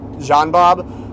Jean-Bob